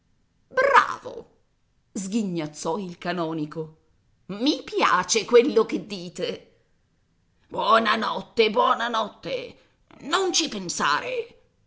bravo sghignazzò il canonico i piace quello che dite buona notte buona notte non ci pensare